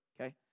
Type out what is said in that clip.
okay